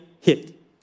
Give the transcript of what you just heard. hit